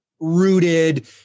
rooted